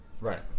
right